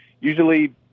usually